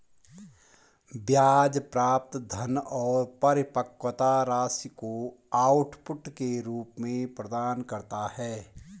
ब्याज प्राप्त धन और परिपक्वता राशि को आउटपुट के रूप में प्रदान करता है